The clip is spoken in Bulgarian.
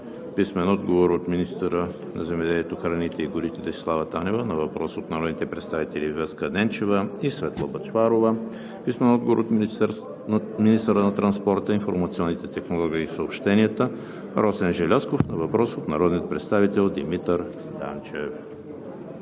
Александров; - министъра на земеделието, храните и горите Десислава Танева на въпрос от народните представители Веска Ненчева и Светла Бъчварова; - министъра на транспорта, информационните технологии и съобщенията Росен Желязков на въпрос от народния представител Димитър Данчев.